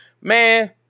man